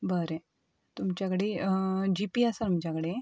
बरें तुमचे कडेन जीपे आसा तुमच्या कडेन